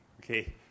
Okay